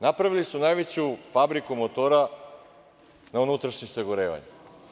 Napravili su najveću fabriku motora za unutrašnje sagorevanje.